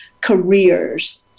careers